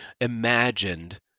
imagined